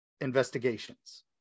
investigations